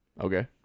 Okay